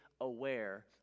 aware